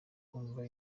kumva